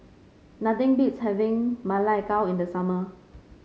nothing beats having Ma Lai Gao in the summer